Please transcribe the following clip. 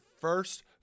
first